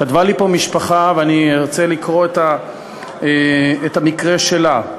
כתבה לי פה משפחה, ואני ארצה לקרוא את המקרה שלה: